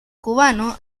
cubano